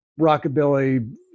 rockabilly